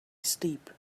steep